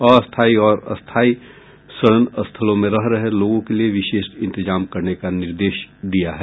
अस्थायी और स्थायी शरण स्थलों में रह रहे लोगों के लिये विशेष इंतजाम करने का निर्देश दिया है